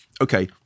okay